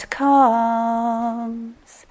comes